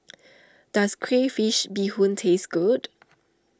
does Crayfish BeeHoon taste good